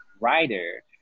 writer